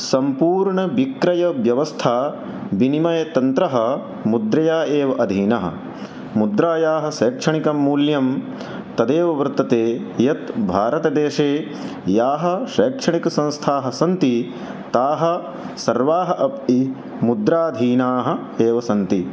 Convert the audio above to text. सम्पूर्णविक्रयव्यवस्था वनिमयतन्त्रं मुद्रायाम् एव अधीनः मुद्रायाः शैक्षणिकं मूल्यं तदेव वर्तते यत् भारतदेशे याः शैक्षणिकसंस्थाः सन्ति ताः सर्वाः अपि मुद्राधीनाः एव सन्ति